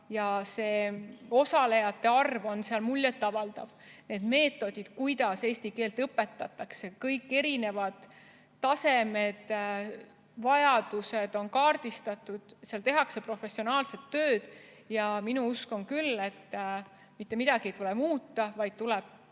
hingega. Osalejate arv on seal muljet avaldav. Need meetodid, kuidas eesti keelt õpetatakse – kõik erinevad tasemed ja vajadused on kaardistatud ning seal tehakse professionaalset tööd. Minu usk on küll see, et mitte midagi ei tule muuta, vaid tuleb